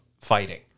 fighting